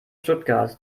stuttgart